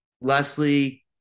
Leslie